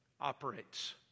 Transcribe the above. operates